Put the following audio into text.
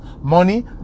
Money